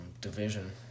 division